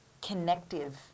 connective